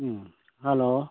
ꯎꯝ hello